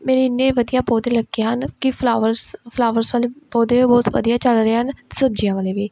ਮੇਰੀ ਇੰਨੇ ਵਧੀਆ ਪੌਦੇ ਲੱਗੇ ਹਨ ਕਿ ਫਲਾਵਰਸ ਫਲਾਵਰਸ ਵਾਲੇ ਪੌਦੇ ਬਹੁਤ ਵਧੀਆ ਚੱਲ ਰਹੇ ਹਨ ਸਬਜ਼ੀਆਂ ਵਾਲੇ ਵੀ